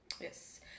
Yes